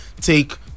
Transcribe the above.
take